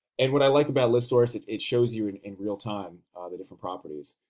and what i like about listsource, it it shows you in in real time the different properties.